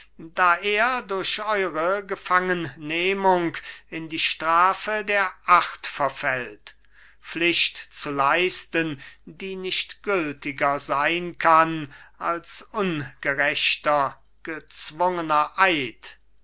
da er durch eure gefangennehmung in die strafe der acht verfällt pflicht zu leisten die nicht gültiger sein kann als ungerechter gezwungener eid